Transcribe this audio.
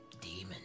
Demon